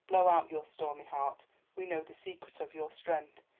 blow out your stormy heart we know the secret of your strength,